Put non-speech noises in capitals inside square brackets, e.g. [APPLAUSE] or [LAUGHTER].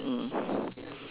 mm [BREATH]